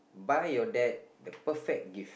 buy your dad the perfect gift